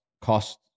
cost